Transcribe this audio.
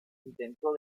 intentó